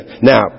Now